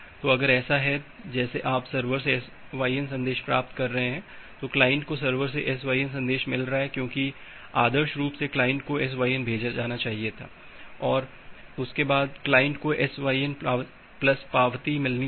तो अगर ऐसा है जैसे आप सर्वर से SYN संदेश प्राप्त कर रहे हैं तो क्लाइंट को सर्वर से SYN संदेश मिल रहा है क्योंकि आदर्श रूप से क्लाइंट को SYN भेजा जाना चाहिए और उसके बाद क्लाइंट को SYN प्लस पावती मिलनी चाहिए